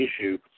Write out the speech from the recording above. issue